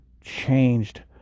changed